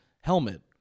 helmet